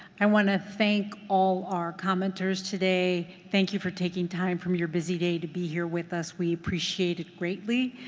i want to thank all our commenters today. thank you for taking time from your busy day to be here with us. we appreciate it greatly.